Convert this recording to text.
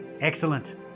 Excellent